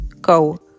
go